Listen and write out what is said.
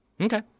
Okay